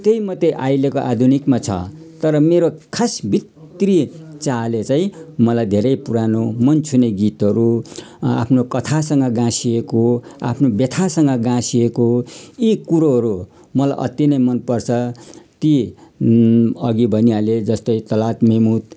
त्यही मात्रै अहिलेको आधुनिकमा छ तर मेरो खास भित्री चाहले चाहिँ मलाई धेरै पुरानो मन छुने गीतहरू आफ्नो कथासँग गाँसिएको आफ्नो व्यथासँग गाँसिएको यी कुरोहरू मलाई अति नै मनपर्छ ती अघि भनिहालेँ जस्तै तलत मेहमुद